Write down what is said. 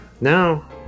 Now